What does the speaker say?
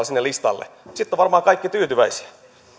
sinne listalle sitten ovat varmaan kaikki tyytyväisiä